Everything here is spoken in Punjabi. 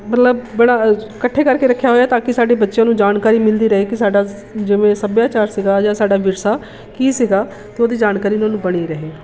ਮਤਲਬ ਬੜਾ ਇਕੱਠੇ ਕਰਕੇ ਰੱਖਿਆ ਹੋਇਆ ਤਾਂ ਕਿ ਸਾਡੇ ਬੱਚਿਆਂ ਨੂੰ ਜਾਣਕਾਰੀ ਮਿਲਦੀ ਰਹੇ ਕਿ ਸਾਡਾ ਜਿਵੇਂ ਸੱਭਿਆਚਾਰ ਸੀਗਾ ਜਾਂ ਸਾਡਾ ਵਿਰਸਾ ਕੀ ਸੀਗਾ ਅਤੇ ਉਹਦੇ ਜਾਣਕਾਰੀ ਨੂੰ ਬਣੀ ਰਹੇ